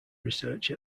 research